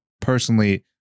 personally